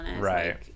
Right